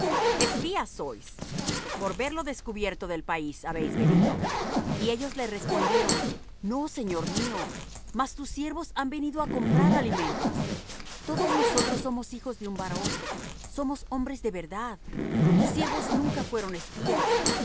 espías sois por ver lo descubierto del país habéis venido y ellos le respondieron no señor mío mas tus siervos han venido á comprar alimentos todos nosotros somos hijos de un varón somos hombres de verdad tus siervos nunca fueron espías